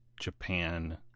japan